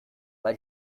weil